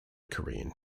korean